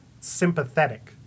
sympathetic